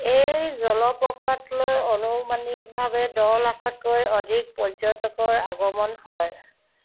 এই জলপ্ৰপাতলৈ অনুমানিকভাৱে দহ লাখতকৈ অধিক পৰ্যটকৰ আগমন হয়